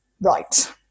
right